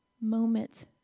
moment